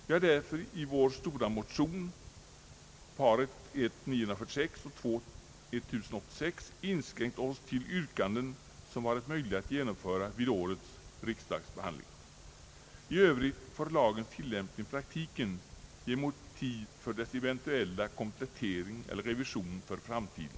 Vi har därför i vår stora motion — motionsparet I: 946 och II: 1086 — inskränkt oss till yrkanden som varit möj liga att genomföra vid årets riksdagsbehandling. I övrigt får lagens tillämpning i praktiken bli motiv för dess eventuella komplettering eller revision för framtiden.